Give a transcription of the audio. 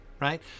Right